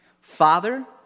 Father